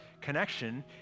connection